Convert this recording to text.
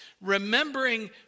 remembering